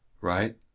right